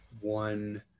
one